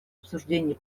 обсуждении